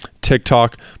TikTok